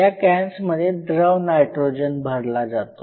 या कॅन्स मध्ये द्रव नायट्रोजन भरला जातो